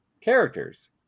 characters